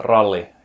Rally